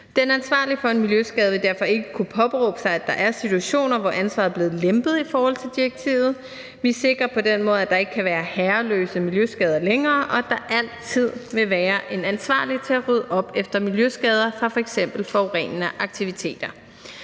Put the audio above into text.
Den ansvarlige for en miljøskade vil derfor ikke kunne påberåbe sig, at der er situationer, hvor ansvaret er blevet lempet i forhold til direktivet. Vi sikrer på den måde, at der ikke længere kan være herreløse miljøskader, og at der altid vil være en ansvarlig til at rydde op efter miljøskader fra f.eks. forurenende aktiviteter.